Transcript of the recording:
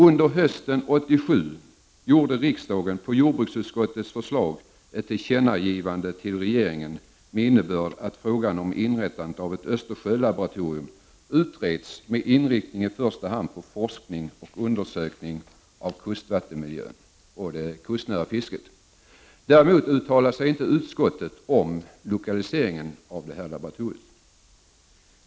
Under hösten 1987 gjorde riksdagen, på jordbruksutskottets förslag, ett tillkännagivande till regeringen med innebörden att frå gan om inrättande av ett Östersjölaboratorium utreds med inriktning i första hand på forskning och undersökning av kustvattenmiljön och det kustnära fisket. Däremot uttalade sig inte utskottet om lokalisering av laboratoriet.